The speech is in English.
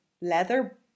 leather